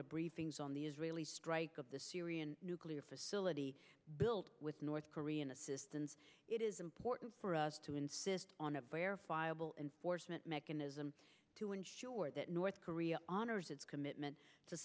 the briefings on the israeli strike of the syrian nuclear facility built with north korean assistance it is important for us to insist on a bare flyable enforcement mechanism to ensure that north korea honors its commitment to